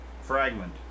fragment